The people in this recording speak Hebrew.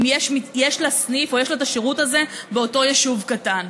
אם יש לה סניף או יש לה את השירות הזה באותו יישוב קטן.